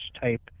type